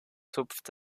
tupft